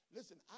Listen